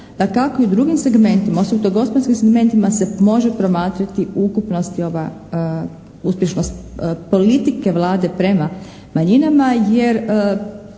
dakako i drugim segmentima osim u gospodarskim segmentima se može promatrati u ukupnosti ova uspješnost politike Vlade prema manjinama jer